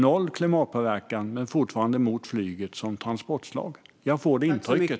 Är ni emot flyget som transportslag även om dess klimatpåverkan är noll? Jag får det intrycket.